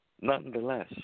Nonetheless